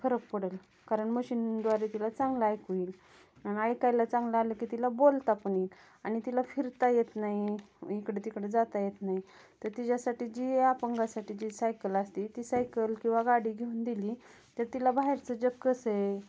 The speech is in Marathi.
फरक पडेल कारण मशीनद्वारे तिला चांगला ऐकू येईल आणि ऐकायला चांगलं आलं की तिला बोलता पण येईल आणि तिला फिरता येत नाही इकडं तिकडं जाता येत नाही तर तिच्यासाठी जी अपंगासाठी जी सायकल असती ती सायकल किंवा गाडी घेऊन दिली तर तिला बाहेरचं जग कसं आहे